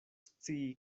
scii